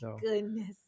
goodness